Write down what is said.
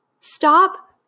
Stop